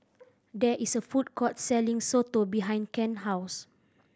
there is a food court selling soto behind Kent house